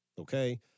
okay